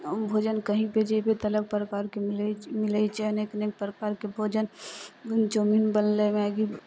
भोजन कहीँपर जएबै तऽ अलग प्रकारके मिलै छै मिलै छै अनेक अनेक प्रकारके भोजन चाउमिन बनलै मैगी